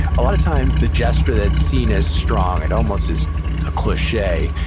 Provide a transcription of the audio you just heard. a lot of times, the gesture that's seen as strong, and almost as a cliche,